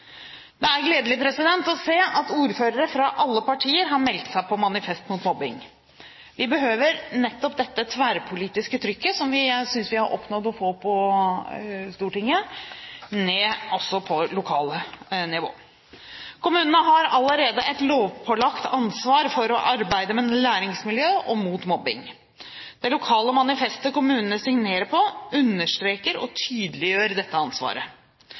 Det er gledelig å se at ordførere fra alle partier har meldt seg på Manifest mot mobbing. Vi behøver nettopp dette tverrpolitiske trykket som vi synes vi har oppnådd å få på Stortinget, ned på lokalt nivå også. Kommunene har allerede et lovpålagt ansvar for å arbeide med læringsmiljø og mot mobbing. Det lokale manifestet kommunene signerer på, understreker og tydeliggjør dette ansvaret.